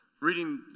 reading